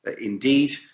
indeed